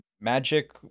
magic